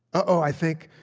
uh-oh, i think.